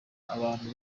abantu